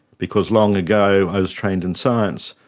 because long ago i was trained in science,